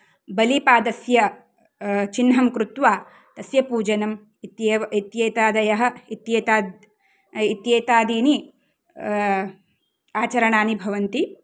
बलिपादस्य चिह्नं कृत्वा तस्य पूजनम् इत्येव इत्येतादयः इत्येतादीनि आचरणानि भवन्ति